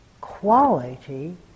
quality